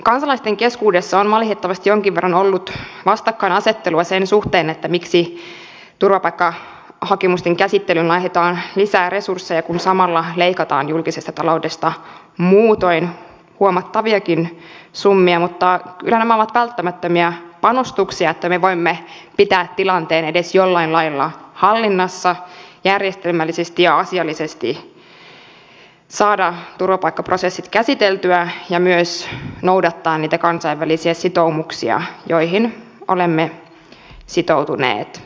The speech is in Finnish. kansalaisten keskuudessa on valitettavasti jonkin verran ollut vastakkainasettelua sen suhteen miksi turvapaikkahakemusten käsittelyyn laitetaan lisää resursseja kun samalla leikataan julkisesta taloudesta muutoin huomattaviakin summia mutta kyllä nämä ovat välttämättömiä panostuksia että me voimme pitää tilanteen edes jollain lailla hallinnassa järjestelmällisesti ja asiallisesti saada turvapaikkaprosessit käsiteltyä ja myös noudattaa niitä kansainvälisiä sitoumuksia joihin olemme sitoutuneet